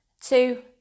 two